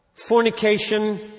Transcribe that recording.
fornication